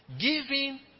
Giving